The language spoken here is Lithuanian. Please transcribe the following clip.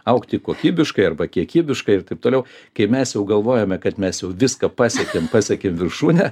augti kokybiškai arba kiekybiškai ir taip toliau kai mes jau galvojame kad mes jau viską pasiekėm pasiekėm viršūnę